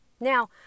Now